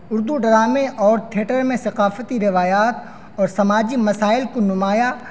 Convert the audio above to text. اردو ڈرامے اور تھیٹر میں ثقافتی روایات اور سماجی مسائل کو نمایا